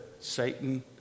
Satan